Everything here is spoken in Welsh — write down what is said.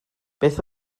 beth